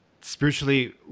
spiritually